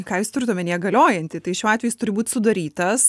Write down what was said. ką jūs turit omenyje galiojantį tai šiuo atveju jis turi būt sudarytas